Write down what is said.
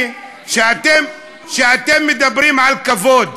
שאלתי: כשאתם מדברים על כבוד,